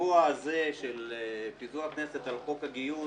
באירוע הזה של פיזור הכנסת על חוק הגיוס